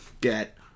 get